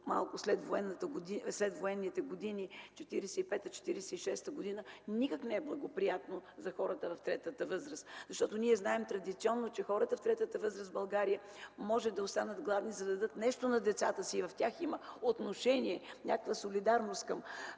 на следвоенните години 1945-1946 г., никак не е благоприятно за хората в третата възраст. Ние знаем традиционно, че хората в третата възраст в България може да останат гладни, за да дадат нещо на децата си. В тях има отношение, някаква солидарност към